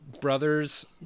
brothers